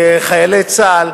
לחיילי צה"ל,